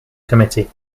committee